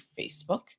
Facebook